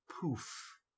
poof